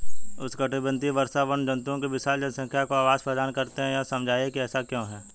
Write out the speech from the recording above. उष्णकटिबंधीय वर्षावन जंतुओं की विशाल जनसंख्या को आवास प्रदान करते हैं यह समझाइए कि ऐसा क्यों है?